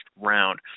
round